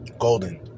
golden